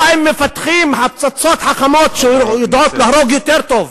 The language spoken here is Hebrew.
לא אם מפתחים פצצות חכמות שיודעות להרוג יותר טוב.